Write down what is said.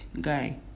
guy